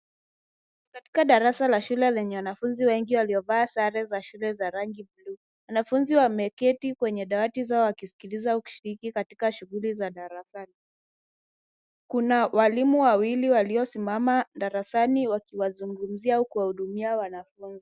Katika darasa la shule lenye wanafunzi wengi waliovaa sare za shule za rangi ya blue . Wanafunzi wameketi kwenye dawati zao wakisikiliza au kushiriki katika shughuli za darasani. Kuna walimu wawili waliosimama darasani wakiwazungumzia au kuwahudumia wanafunzi.